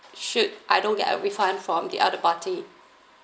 should I don't get a refund from the other party